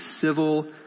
civil